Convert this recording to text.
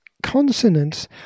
consonants